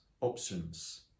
options